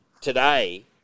today